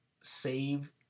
save